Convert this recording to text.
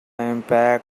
impact